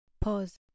pause